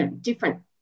different